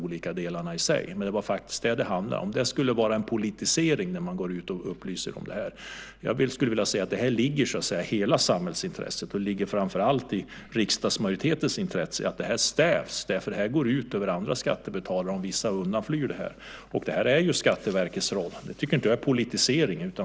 Det handlade faktiskt om att det skulle vara en politisering när man går ut och upplyser om detta. Jag skulle vilja säga att det ligger i samhällsintresset, och det ligger framför allt i riksdagsmajoritetens intresse, att stävja detta. Det går ut över andra skattebetalare om vissa undanflyr detta. Detta är Skatteverkets roll. Jag tycker inte att det är politisering.